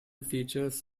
features